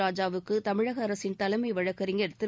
ராஜாவுக்கு தமிழக அரசின் தலைமை வழக்கறிஞர் திரு